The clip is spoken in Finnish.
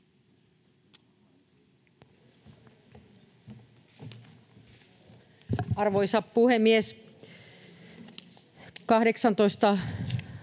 Arvoisa puhemies! 18